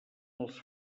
els